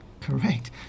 correct